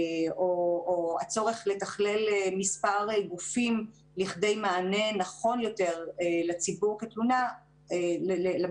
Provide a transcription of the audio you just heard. או הצורך לתכלל מספר גופים לכדי מענה נכון יותר לציבור למתלונן